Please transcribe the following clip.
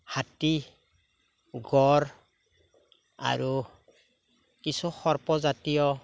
হাতী গঁড় আৰু কিছু সৰ্পজাতীয়